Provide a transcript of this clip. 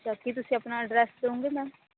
ਜਦੋਂ ਕਿ ਤੁਸੀਂ ਆਪਣਾ ਐਡਰੈਸ ਦਿਓਗੇ ਮੈਮ